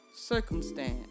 Circumstance